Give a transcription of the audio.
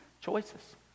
choices